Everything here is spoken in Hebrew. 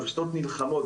האוניברסיטאות נלחמות,